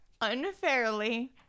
unfairly